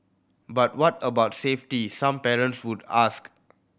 but what about safety some parents would ask